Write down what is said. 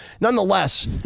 Nonetheless